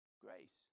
grace